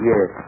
Yes